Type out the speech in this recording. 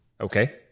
Okay